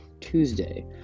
Tuesday